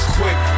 quick